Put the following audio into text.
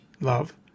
love